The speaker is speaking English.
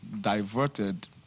diverted